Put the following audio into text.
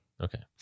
Okay